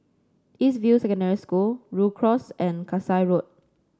East View Secondary School Rhu Cross and Kasai Road